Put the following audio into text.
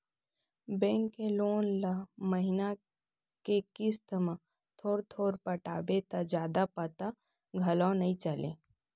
bank के loan ल महिना के किस्त म थोर थोर पटाबे त जादा पता घलौ नइ चलय